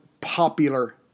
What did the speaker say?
popular